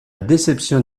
déception